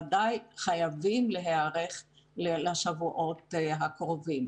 בוודאי חייבים להיערך לשבועות הקרובים.